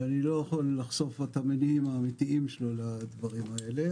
שאני לא יכול לחשוף את המניעים האמתיים שלו לדברים האלה.